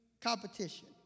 competition